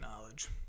knowledge